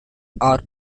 are